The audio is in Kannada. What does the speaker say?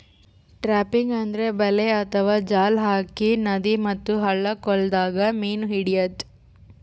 ಟ್ರಾಪಿಂಗ್ ಅಂದ್ರ ಬಲೆ ಅಥವಾ ಜಾಲ್ ಹಾಕಿ ನದಿ ಮತ್ತ್ ಹಳ್ಳ ಕೊಳ್ಳದಾಗ್ ಮೀನ್ ಹಿಡ್ಯದ್